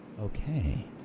Okay